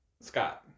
scott